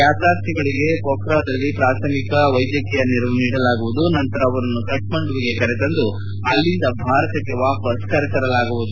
ಯಾತ್ರಾರ್ಥಿಗಳಿಗೆ ಪೋಕ್ರಾದಲ್ಲಿ ಪ್ರಾಥಮಿಕ ವೈದ್ಯಕೀಯ ನೆರವು ನೀಡಲಾಗುವುದು ನಂತರ ಅವರನ್ನು ಕಠ್ಮಂಡುವಿಗೆ ಕರೆತಂದು ಅಲ್ಲಿಂದ ಭಾರತಕ್ಕೆ ವಾಪಸ್ ಕರೆತರಲಾಗುವುದು